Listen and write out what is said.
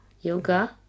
Yoga